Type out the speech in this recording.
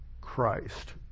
Christ